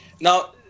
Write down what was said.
now